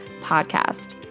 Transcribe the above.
podcast